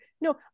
No